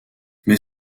mais